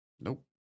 Nope